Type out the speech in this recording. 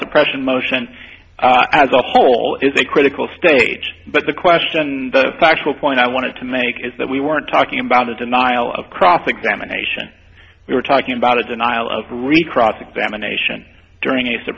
suppression motion as a whole is a critical stage but the question the factual point i wanted to make is that we weren't talking about the denial of cross examination we were talking about a denial of recross examination during